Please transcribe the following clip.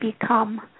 become